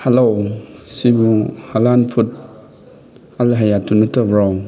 hello ꯁꯤꯕꯨ ꯍꯂꯥꯟ food ꯑꯜ ꯍꯌꯥꯠꯇꯨ ꯅꯠꯇꯕ꯭ꯔꯣ